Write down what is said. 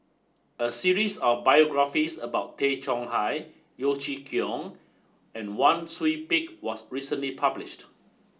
a series of biographies about Tay Chong Hai Yeo Chee Kiong and Wang Sui Pick was recently published